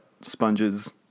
sponges